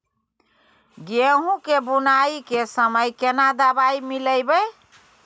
गहूम के बुनाई के समय केना दवाई मिलैबे?